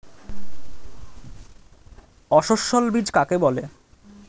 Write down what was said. অসস্যল বীজ কাকে বলে?